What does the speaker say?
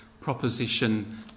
proposition